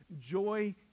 Joy